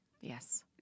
yes